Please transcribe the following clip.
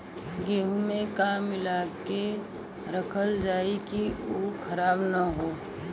गेहूँ में का मिलाके रखल जाता कि उ खराब न हो?